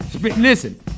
Listen